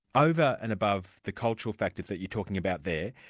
over and above the cultural factors that you're talking about there,